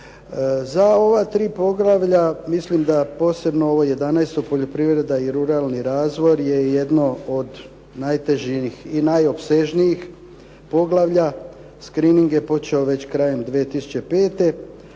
Za ova tri poglavlja, mislim da posebno ovo 11. poljoprivreda i ruralni razvoj je jedno od najtežih i najopsežnijih poglavlja, screnning je počeo već krajem 2005.